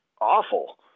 awful